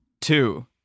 Two